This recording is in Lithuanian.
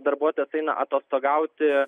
darbuotojas eina atostogauti